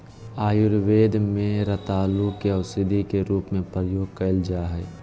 आयुर्वेद में रतालू के औषधी के रूप में प्रयोग कइल जा हइ